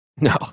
no